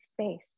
space